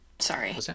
Sorry